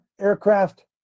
aircraft